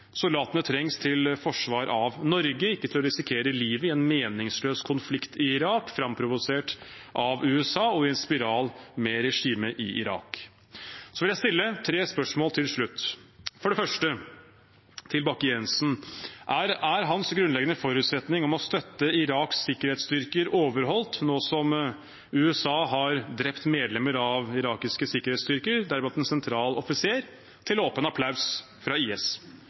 Soldatene trengs til forsvar av Norge, ikke til å risikere livet i en meningsløs konflikt i Irak framprovosert av USA og i en spiral med regimet i Irak. Jeg vil stille tre spørsmål til slutt. For det første, til Frank Bakke-Jensen: Er hans grunnleggende forutsetning om å støtte Iraks sikkerhetsstyrker overholdt nå som USA har drept medlemmer av irakiske sikkerhetsstyrker, deriblant en sentral offiser, til åpen applaus fra IS?